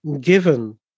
given